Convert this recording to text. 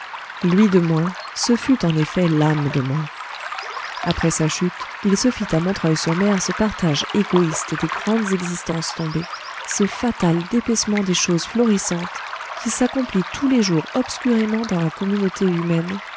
lui de moins ce fut en effet l'âme de moins après sa chute il se fit à montreuil sur mer ce partage égoïste des grandes existences tombées ce fatal dépècement des choses florissantes qui s'accomplit tous les jours obscurément dans la communauté humaine